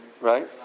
Right